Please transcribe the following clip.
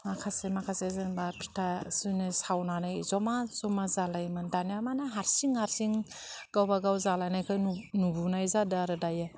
माखासे माखासे जेनेबा फिथा सुनो सावनानै जमा जमा जालायोमोन दानिया मा होनो हारसिं हारसिं गावबा गाव जालायनायखौ नु नुबोनाय जादो आरो दायो